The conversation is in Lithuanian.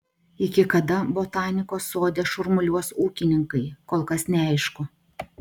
iki kada botanikos sode šurmuliuos ūkininkai kol kas neaišku